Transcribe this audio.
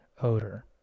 odor